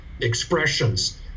expressions